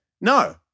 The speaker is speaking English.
No